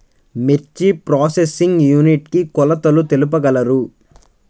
మిర్చి processing unit కి కొలతలు తెలుపగలరు?